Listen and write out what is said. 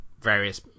various